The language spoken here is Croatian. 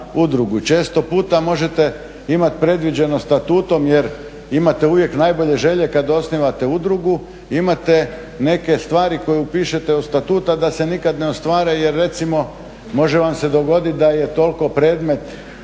Često puta možete imati predviđeno statutom jer imate uvijek najbolje želje kad osnivate udrugu, imate neke stvari koje upišete u statut, a da se nikad ne ostvare jer recimo može vam se dogoditi da je toliko predmet